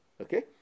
Okay